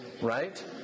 right